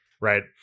right